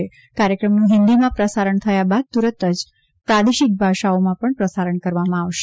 આ કાર્યક્રમનું હિન્દીમાં પ્રસારણ થયા બાદ તુરંત જ પ્રાદેશિક ભાષાઓમાં પણ પ્રસારણ કરવામાં આવશે